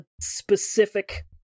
specific